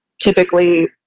typically